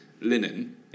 linen